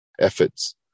efforts